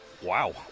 Wow